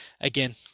Again